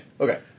Okay